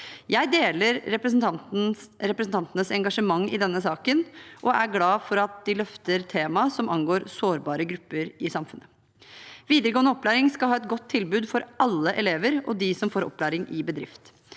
Jeg deler representantenes engasjement i denne saken og er glad for at de løfter tema som angår sårbare grupper i samfunnet. Videregående opplæring skal ha et godt tilbud for alle elever og dem som får opplæring i bedrift.